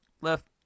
left